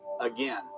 again